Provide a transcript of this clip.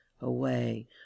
away